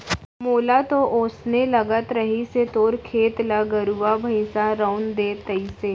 मोला तो वोसने लगत रहिस हे तोर खेत ल गरुवा भइंसा रउंद दे तइसे